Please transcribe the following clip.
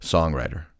Songwriter